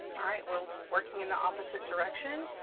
all right, we're working in the opposite direction,